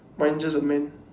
mine just a man